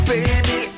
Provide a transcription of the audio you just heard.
Baby